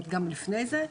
גם לפני זה,